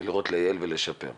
כדי לייעל ולשפר.